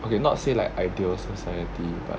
okay not say like ideal society but